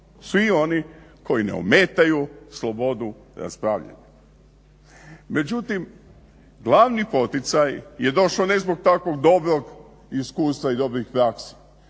svi oni koji ne ometaju slobodu raspravljanja. Međutim, glavni poticaj je došao ne zbog takvog dobrog iskustva i dobrih praksi,